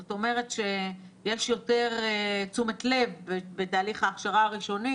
זאת אומרת שיש יותר תשומת לב בתהליך ההכשרה הראשוני